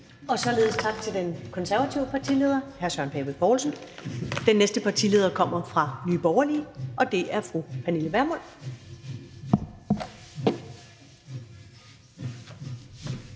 Således tak til den konservative partileder, hr. Søren Pape Poulsen. Den næste partileder kommer fra Nye Borgerlige, og det er fru Pernille Vermund.